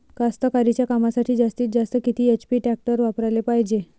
कास्तकारीच्या कामासाठी जास्तीत जास्त किती एच.पी टॅक्टर वापराले पायजे?